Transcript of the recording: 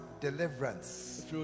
deliverance